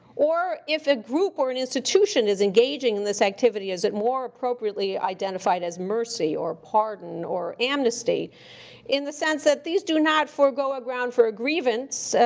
or if a group or an institution is engaging in this activity is it more appropriately identified as mercy, or pardon, or amnesty in the sense that these do not forgo a ground for a grievance,